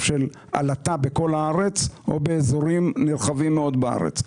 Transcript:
של עלטה בכל הארץ או באזורים נרחבים מאוד בארץ.